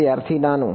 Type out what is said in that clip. વિદ્યાર્થી નાનું